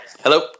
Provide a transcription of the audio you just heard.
Hello